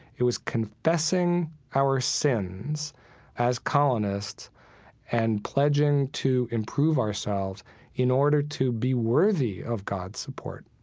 it was confessing our sins as colonists and pledging to improve ourselves in order to be worthy of god's support